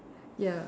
ya